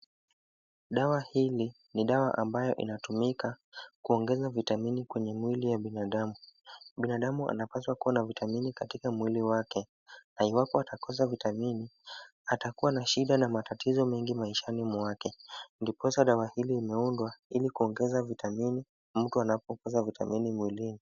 Dawa hii ni dawa ambayo inatumika kuongeza vitamini kwenye mwili ya binadamu. Binadamu anapaswa kuwa na vitamini katika mwili wake na iwapo atakosa vitamini atakuwa na shida na matatizo mengi maishani mwake ndiposa dawa hili limeundwa ili kuongeza vitamini mtu anapokosa vitamini mwilini.